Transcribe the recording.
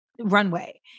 runway